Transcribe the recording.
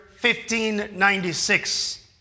1596